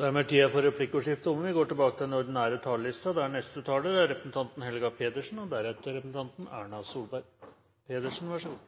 Dermed er replikkordskiftet omme. Dagens debatt og innstillinger har et dystert bakteppe. Den 22. juli 2011 ble Norge rammet av de verste terrorhandlingene siden krigen. 77 mennesker mistet livet, mange flere ble skadet, og